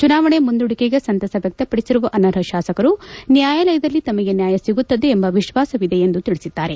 ಚುನಾವಣ ಮುಂದೂಡಿಕೆಗೆ ಸಂತಸ ವ್ಯಕ್ತಪಡಿಸಿರುವ ಅನರ್ಹ ಶಾಸಕರು ನ್ಯಾಯಾಲಯದಲ್ಲ ತಮಗೆ ನ್ಯಾಯ ಸಿಗುತ್ತದೆ ಎಂಬ ವಿಶ್ವಾಸವಿದೆ ಎಂದು ತಿಳಸಿದ್ದಾರೆ